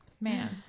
man